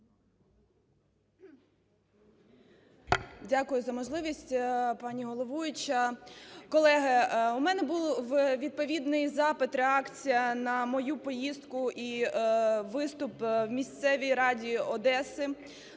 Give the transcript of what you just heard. Дякую за можливість, пані головуюча. Колеги, у мене був відповідний запит, реакція на мою поїздку і виступ в місцевій раді Одеси,